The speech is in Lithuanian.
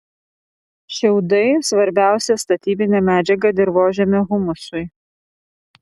šiaudai svarbiausia statybinė medžiaga dirvožemio humusui